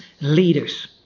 leaders